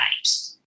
lives